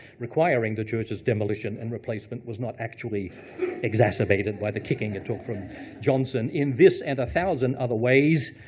requiring the church's demolition and replacement, was not actually exacerbated by the kicking it took from johnson. in this and a thousand other ways,